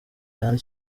cyane